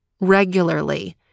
regularly